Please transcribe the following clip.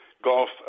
golf